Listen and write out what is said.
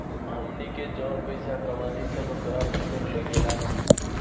हमनी के जौन पइसा कमानी सन ओकरा पर कर लागेला